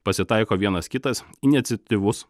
pasitaiko vienas kitas iniciatyvus